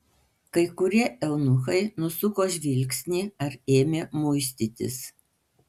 kai kurie eunuchai nusuko žvilgsnį ar ėmė muistytis